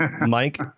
Mike